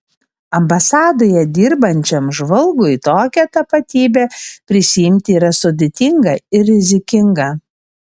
ambasadoje dirbančiam žvalgui tokią tapatybę prisiimti yra sudėtinga ir rizikinga